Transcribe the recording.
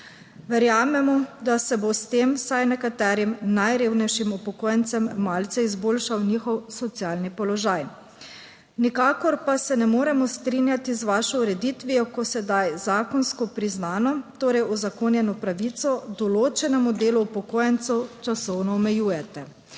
Verjamemo, da se bo s tem vsaj nekaterim najrevnejšim upokojencem malce izboljšal njihov socialni položaj. Nikakor pa se ne moremo strinjati z vašo ureditvijo, ko sedaj zakonsko priznano, torej uzakonjeno pravico, določenemu delu upokojencev časovno omejujete.